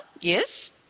Yes